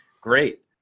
great